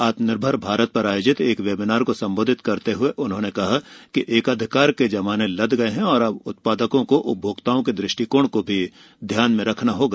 आत्मरनिर्भर भारत पर आज आयोजित एक वेबिनार को संबोधित करते हुए उन्होंरने कहा कि एकाधिकार के जमाने लद गये हैं और अब उत्पादकों को उपभोक्ताओं के द्र ष्टिकोण को भी ध्यान में रखना होगा